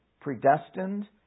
predestined